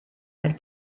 elle